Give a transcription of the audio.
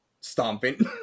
Stomping